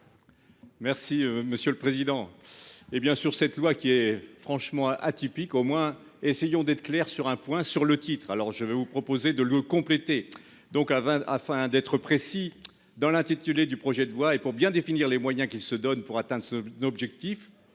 Merci monsieur le président. Et bien sûr cette loi qui est franchement atypique au moins essayons d'être clair sur un point sur le titre. Alors je vais vous proposer de le compléter. Donc à 20 afin d'être précis dans l'intitulé du projet de loi et pour bien définir les moyens qu'il se donne pour atteindre l'objectif.